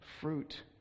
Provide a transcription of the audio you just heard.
fruit